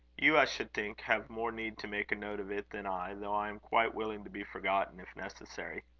you, i should think, have more need to make a note of it than i, though i am quite willing to be forgotten, if necessary.